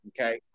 Okay